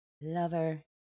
Lover